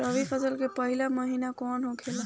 रबी फसल के पहिला महिना कौन होखे ला?